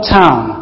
town